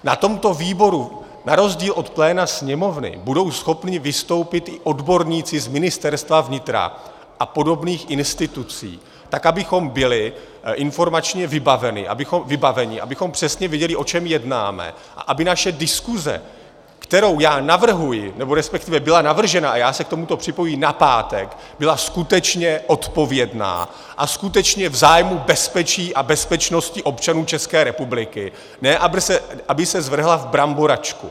Na tomto výboru na rozdíl od pléna Sněmovny budou schopni vystoupit i odborníci z Ministerstva vnitra a podobných institucí, tak abychom byli informačně vybaveni, abychom přesně věděli, o čem jednáme, a aby naše diskuse, kterou já navrhuji, nebo resp. byla navržena, a já se k tomu připojuji, na pátek, byla skutečně odpovědná a skutečně v zájmu bezpečí a bezpečnosti občanů České republiky, ne aby se zvrhla v bramboračku.